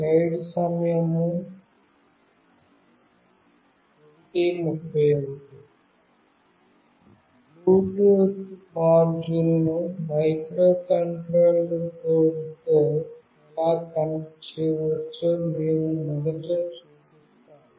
Bluetooth మాడ్యూల్ను microcontroller బోర్డ్తో ఎలా కనెక్ట్ చేయవచ్చో మేము మొదట చూపిస్తాము